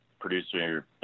producer